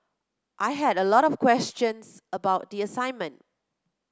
I had a lot of questions about the assignment